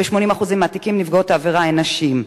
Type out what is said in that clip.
ב-80% מהתיקים נפגעות העבירה הן נשים.